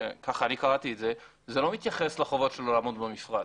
כך אני קראתי את זה זה לא מתייחס לחובות שלו לעמוד במפרט.